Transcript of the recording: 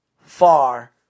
far